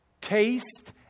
Taste